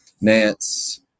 Nance